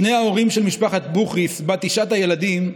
שני ההורים של משפחת בוכריס בת תשעת הילדים,